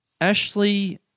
Ashley